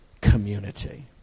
community